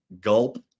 gulp